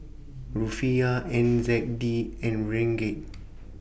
Rufiyaa N Z D and Ringgit